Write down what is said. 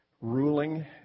ruling